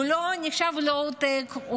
הוא לא נחשב ללואו-טק,